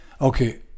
okay